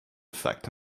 effect